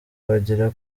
bagera